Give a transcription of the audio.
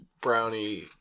brownie